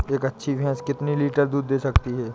एक अच्छी भैंस कितनी लीटर दूध दे सकती है?